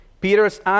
Peter's